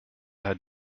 had